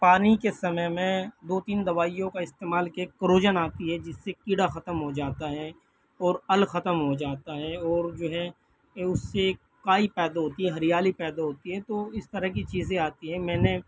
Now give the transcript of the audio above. پانی کے سمئے میں دو تین دوائیوں کا استعمال کیا کروجن آتی ہے جس سے کیڑا ختم ہو جاتا ہے اور ال ختم ہو جاتا ہے اور جو ہے ان سے کائی پیدا ہوتی ہے ہریالی پیدا ہوتی ہے تو اس طرح کی چیزیں آتی ہیں میں نے